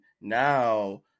now